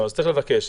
אז צריך לבקש.